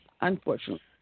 Unfortunately